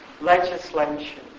legislation